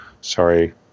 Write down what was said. sorry